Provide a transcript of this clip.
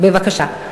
בבקשה.